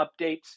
updates